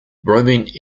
roaming